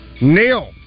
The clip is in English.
Neil